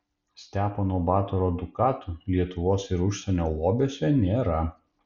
stepono batoro dukatų lietuvos ir užsienio lobiuose nėra